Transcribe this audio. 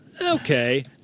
Okay